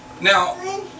Now